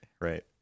Right